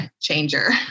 changer